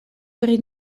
pri